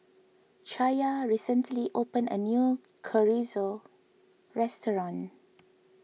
Chaya recently opened a new Chorizo restaurant